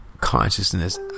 consciousness